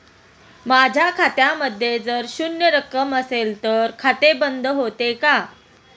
माझ्या खात्यामध्ये जर शून्य रक्कम असेल तर खाते बंद होते का?